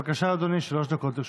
בבקשה, אדוני, שלוש דקות לרשותך.